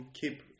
keep